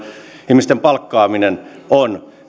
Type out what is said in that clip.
ihmisten palkkaaminen on